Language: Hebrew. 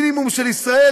מינימום של ישראל,